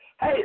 Hey